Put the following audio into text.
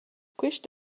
quist